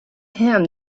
him